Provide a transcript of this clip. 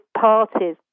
parties